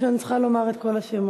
או שאני צריכה לומר את כל השמות?